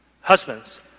Husbands